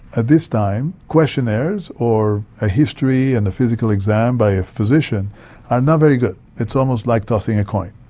at this time, questionnaires or a history and a physical exam by a physician are not very good. it's almost like tossing a coin.